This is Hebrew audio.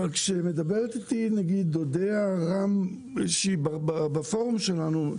כשמדברת איתי אודיה רם שיבא מנתיבות בפורום שלנו,